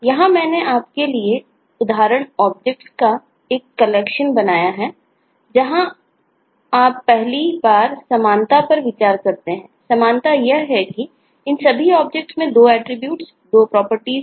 यहाँ मैंने आपके लिए उदाहरण ऑब्जेक्ट्स कार्टिशियन में FirstQuadrant है